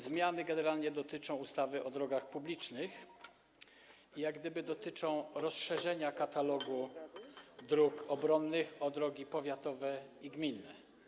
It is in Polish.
Zmiany generalnie dotyczą ustawy o drogach publicznych i jak gdyby dotyczą rozszerzenia katalogu dróg obronnych o drogi powiatowe i gminne.